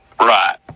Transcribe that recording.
Right